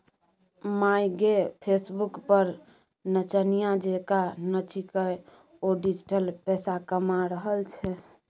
माय गे फेसबुक पर नचनिया जेंका नाचिकए ओ डिजिटल पैसा कमा रहल छै